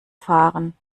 fahren